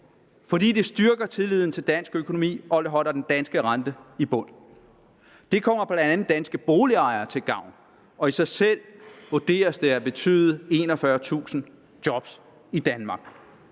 fordi det styrker tilliden til dansk økonomi og holder den danske rente i bund. Det er bl.a. til gavn for danske boligejere. I sig selv vurderes det at betyde 41.000 job i Danmark.